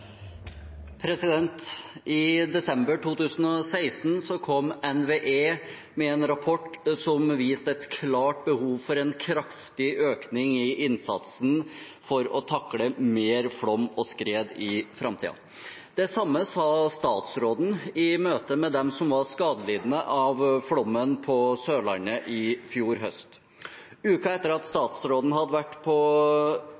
I desember 2016 kom NVE med en rapport som viste et klart behov for en kraftig økning i innsatsen for å takle mer flom og skred i framtiden. Det samme sa statsråden i møtet med dem som var skadelidende under flommen på Sørlandet i fjor høst. Uken etter at